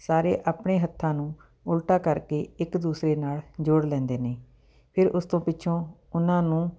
ਸਾਰੇ ਆਪਣੇ ਹੱਥਾਂ ਨੂੰ ਉਲਟਾ ਕਰਕੇ ਇੱਕ ਦੂਸਰੇ ਨਾਲ ਜੋੜ ਲੈਂਦੇ ਨੇ ਫਿਰ ਉਸ ਤੋਂ ਪਿੱਛੋਂ ਉਹਨਾਂ ਨੂੰ